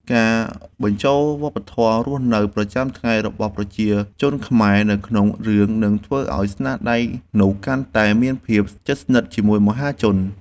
ការបញ្ចូលវប្បធម៌រស់នៅប្រចាំថ្ងៃរបស់ប្រជាជនខ្មែរទៅក្នុងរឿងនឹងធ្វើឱ្យស្នាដៃនោះកាន់តែមានភាពជិតស្និទ្ធជាមួយមហាជន។